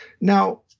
Now